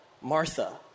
Martha